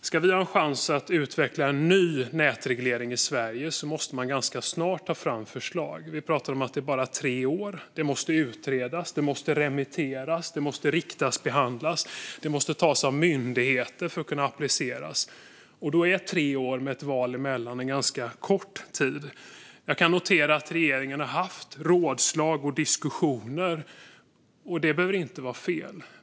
Ska vi ha en chans att utveckla en ny nätreglering i Sverige måste man ganska snart ta fram förslag. Vi har bara tre år på oss. Det måste utredas, det måste remitteras, det måste riksdagsbehandlas och det måste tas av myndigheter för att kunna appliceras. Då är tre år med ett val emellan en ganska kort tid. Jag kan notera att regeringen har haft rådslag och diskussioner, och det behöver inte vara fel.